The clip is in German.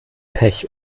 pech